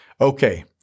Okay